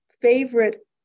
favorite